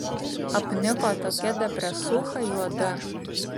apniko tokia depresūcha juoda